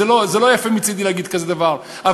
לא יפה מצדי להגיד דבר כזה,